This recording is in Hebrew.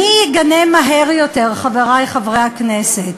מי יגנה מהר יותר, חברי חברי הכנסת.